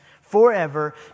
forever